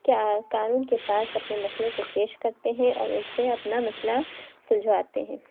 کیا قانون کے پاس اپنے مسئلے کو پیش کرتے ہیں اور ان سے اپنا مسئلہ سلجھواتے ہیں